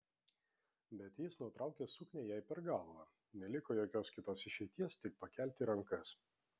bet jis nutraukė suknią jai per galvą neliko jokios kitos išeities tik pakelti rankas